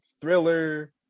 thriller